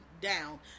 down